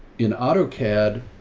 in autocad.